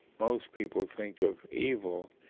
most people think of evil.